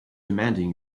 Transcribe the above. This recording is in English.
demanding